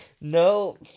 No